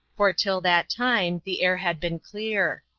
for till that time the air had been clear.